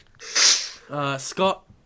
Scott